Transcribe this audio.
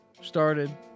started